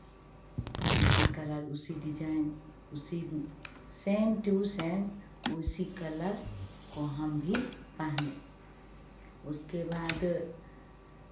उसी कलर उसी डिज़ाइन उसी सेम टू सेम उसी कलर को हम भी पहने उसके बाद